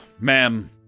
ma'am